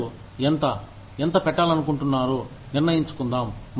ప్రజలు ఎంత ఎంత పెట్టాలనుకుంటున్నారో నిర్ణయించుకుందాం